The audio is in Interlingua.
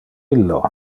illo